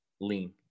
lean